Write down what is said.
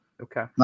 Okay